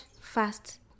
fast